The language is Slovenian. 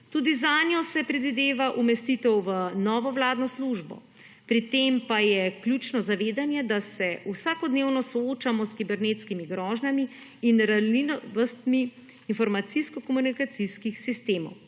Tudi zanjo se predvideva umestitev v novo vladno službo. Pri tem pa je ključno zavedanje, da se vsakodnevno soočamo s kibernetskimi grožnjami in ranljivostmi informacijsko komunikacijskih sistemov.